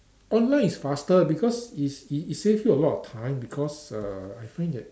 online is faster because is it it saves you a lot of time because err I find that